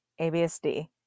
ABSD